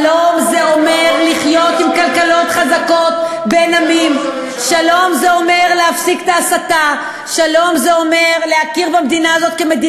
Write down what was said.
נכנסים למשא-ומתן, עדיף להקפיא את הבנייה.